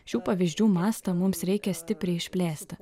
šių pavyzdžių mastą mums reikia stipriai išplėsti